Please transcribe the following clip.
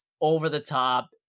over-the-top